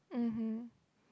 mmhmm